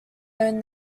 own